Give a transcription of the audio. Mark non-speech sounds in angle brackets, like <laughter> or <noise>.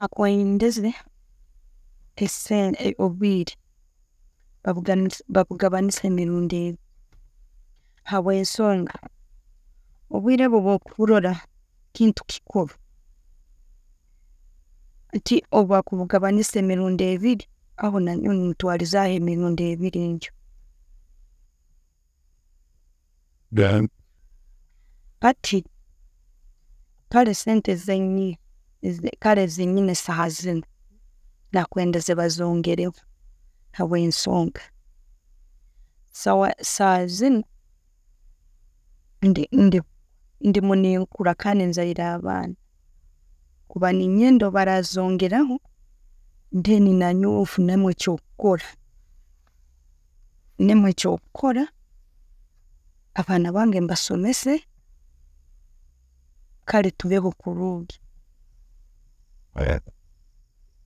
Nakwendeze esente, obwire babugabanize emirundi, habwensonga, obwire obwo bwokurora kintu kikuru. Hati, obwakubakanisa emirundi ebiri, aho nanyowe nentwalizaho emirundi ebiri ntyo. <noise> Hati, kale esente zenyina saaha zinu, nakwendeze bazongereho abwensonga saha zinu ndimu nenkura kandi nzaire abaana kuba nenyenda kuba neyenda barazongeraho, then nanyowe nfunemu ekyokukora, abaana bange mbasomese kale tubeho kurungi. <noise>